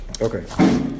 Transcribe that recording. Okay